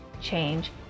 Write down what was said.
change